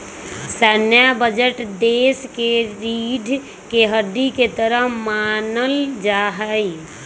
सैन्य बजट देश के रीढ़ के हड्डी के तरह मानल जा हई